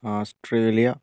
Australia